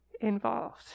involved